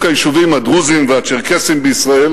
היישובים הדרוזיים והצ'רקסיים בישראל.